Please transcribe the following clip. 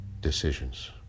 decisions